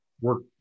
work